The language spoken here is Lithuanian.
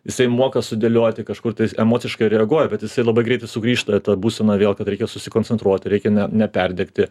jisai moka sudėlioti kažkur tais emociškai reaguoja bet jisai labai greit sugrįžta į tą būseną vėl kad reikia susikoncentruoti reikia neperdegti